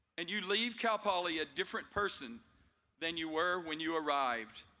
and you leave cal poly a different person than you were when you arrived.